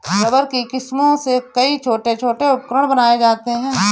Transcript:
rubber की किस्मों से कई छोटे छोटे उपकरण बनाये जाते हैं